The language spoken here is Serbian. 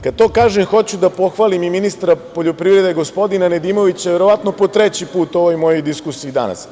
Kad to kažem, hoću da pohvalim i ministra poljoprivrede gospodina Nedimovića, verovatno po treći put u ovoj mojoj diskusiji danas.